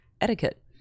etiquette